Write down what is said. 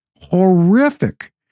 horrific